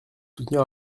soutenir